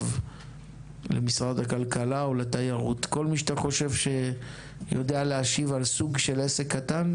כל מי שיודע להשיב על סוג של עסק קטן